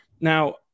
Now